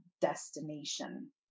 destination